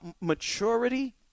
maturity